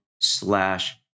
slash